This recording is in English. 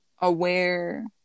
aware